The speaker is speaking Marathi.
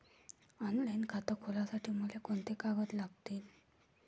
ऑनलाईन खातं खोलासाठी मले कोंते कागद लागतील?